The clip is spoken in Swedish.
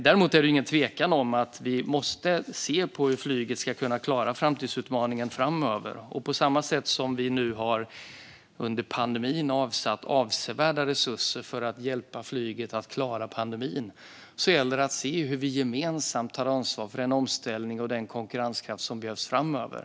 Däremot är det ingen tvekan om att vi måste se på hur flyget ska kunna klara framtidsutmaningen framöver. På samma sätt som vi nu under pandemin har avsatt avsevärda resurser för att hjälpa flyget att klara pandemin gäller det att se hur vi gemensamt tar ansvar för den omställning och den konkurrenskraft som behövs framöver.